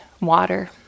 water